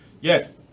Yes